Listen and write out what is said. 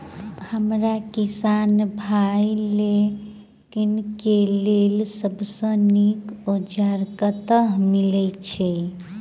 हमरा किसान भाई लोकनि केँ लेल सबसँ नीक औजार कतह मिलै छै?